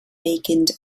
awakened